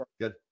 good